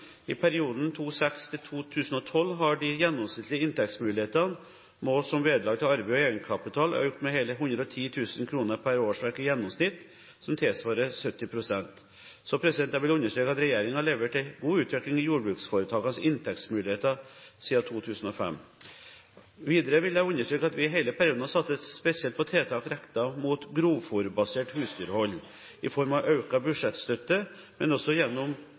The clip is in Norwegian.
I perioden 2006–2012 har de gjennomsnittlige inntektsmulighetene, målt som vederlag til arbeid og egenkapital, økt med hele 110 000 kr per årsverk i gjennomsnitt, noe som tilsvarer 70 pst. Så jeg vil understreke at regjeringen har levert en god utvikling i jordbruksforetakenes inntektsmuligheter siden 2005. Videre vil jeg understreke at vi i hele perioden har satset spesielt på tiltak rettet mot grovfôrbasert husdyrhold i form av økt budsjettstøtte, men også gjennom